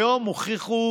היום הוכיחו